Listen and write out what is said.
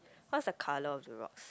what's the colour of the rocks